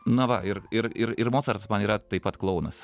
na va ir ir ir ir mocartas man yra taip pat klounas